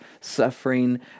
suffering